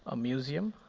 ah museum.